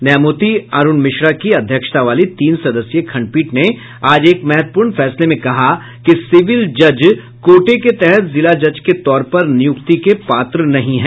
न्यायमूर्ति अरूण मिश्रा की अध्यक्षता वाली तीन सदस्यीय खंडपीठ ने आज एक महत्वपूर्ण फैसले में कहा कि सिविल जज कोटे के तहत जिला जज के तौर पर नियुक्ति के पात्र नहीं हैं